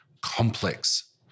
complex